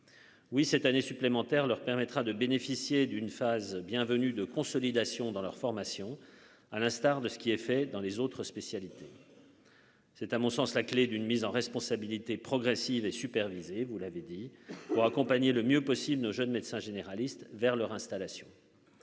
Oui, cette année supplémentaire leur permettra de bénéficier d'une phase bienvenue de consolidation dans leur formation, à l'instar de ce qui est fait dans les autres spécialistes. C'est à mon sens la clé d'une mise en responsabilité progressive et superviser, vous l'avez dit, pour accompagner le mieux possible, nos jeunes médecins généralistes vers leur installation.